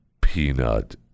peanut